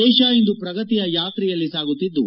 ದೇಶ ಇಂದು ಪ್ರಗತಿಯ ಯಾತ್ರೆಯಲ್ಲಿ ಸಾಗುತ್ತಿದ್ದು